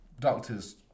Doctors